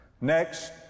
Next